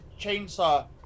chainsaw